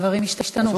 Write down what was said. הדברים השתנו.